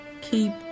keep